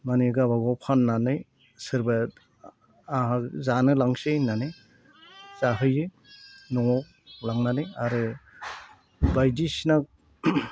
माने गावबागाव फान्नानै सोरबाया जानो लांनोसै होन्नानै जाहैयो न'आव लांनानै आरो बायदिसिना